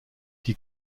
die